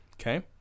Okay